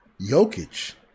Jokic